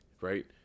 right